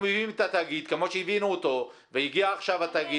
מביאים את התאגיד כמו שהבאנו אותו והגיע עכשיו התאגיד